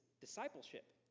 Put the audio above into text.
discipleship